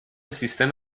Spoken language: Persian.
سیستم